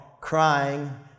crying